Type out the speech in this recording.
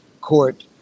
Court